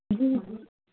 जी